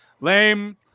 lame